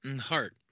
heart